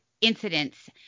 Incidents